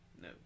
No